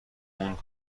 اون